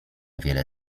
wiele